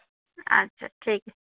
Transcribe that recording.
अच्छा ठीक ऐ